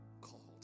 called